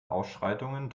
ausschreitungen